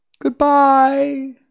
Goodbye